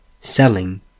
selling